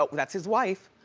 but that's his wife.